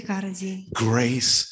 Grace